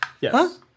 Yes